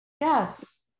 Yes